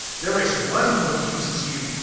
there is one who accuses you,